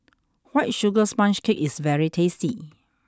white sugar sponge cake is very tasty